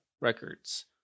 Records